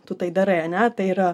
tu tai darai ane tai yra